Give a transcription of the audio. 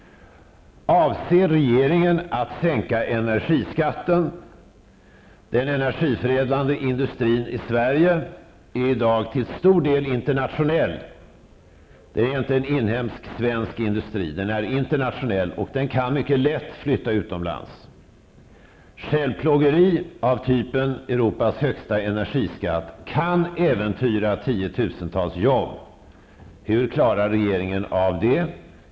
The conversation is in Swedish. Avser regeringen att sänka energiskatten? Den energiförädlande industrin i Sverige är i dag till stor del internationell. Det är inte en inhemsk svensk industri, utan den är internationell, och den kan mycket lätt flytta utomlands. Självplågeri av typen Europas högsta energiskatt kan äventyra tiotusentals jobb. Hur klarar regeringen av det?